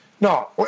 No